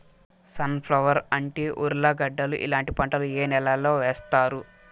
Sun flower, అంటి, ఉర్లగడ్డలు ఇలాంటి పంటలు ఏ నెలలో వేస్తారు?